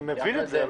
אנחנו יודעים את זה.